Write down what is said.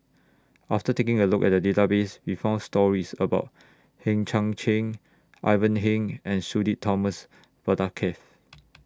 after taking A Look At The Database We found stories about Hang Chang Chieh Ivan Heng and Sudhir Thomas Vadaketh